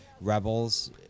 Rebels